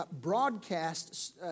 broadcast